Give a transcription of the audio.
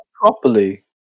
properly